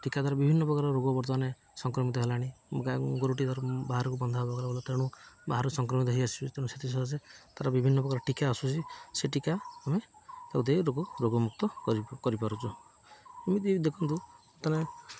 ଟୀକା ଦ୍ୱାରା ବିଭିନ୍ନ ପ୍ରକାର ରୋଗ ବର୍ତ୍ତମାନ ସଂକ୍ରମତି ହେଲାଣି ଗୋରୁଟି ଧର ବାହାରକୁ ବନ୍ଧା ହେବାକୁ ଗଲା ତେଣୁ ବାହାରୁ ସଂକ୍ରାମିତ ହେଇ ଆସିବେ ତେଣୁ ସେଥି ସକାଶେ ତାର ବିଭିନ୍ନ ପ୍ରକାର ଟୀକା ଆସୁଛି ସେ ଟୀକା ଆମେ ତାକୁ ଦେଇ ରୋଗ ରୋଗମୁକ୍ତ କରିପାରୁଛୁ ଏମିତି ଦେଖନ୍ତୁ ତାହେଲେ